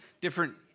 different